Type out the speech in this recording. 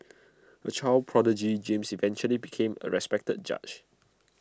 A child prodigy James eventually became A respected judge